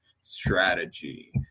strategy